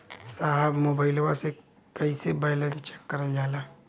साहब मोबइलवा से कईसे बैलेंस चेक करल जाला?